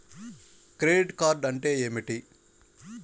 Credit card అంటే ఏమిటి?